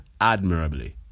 admirably